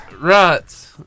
Right